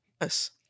yes